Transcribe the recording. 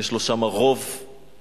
יש לו שם רוב לאחיו,